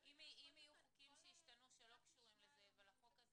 אם יהיו חוקים שישתנו שלא קשורים לזה אבל החוק הזה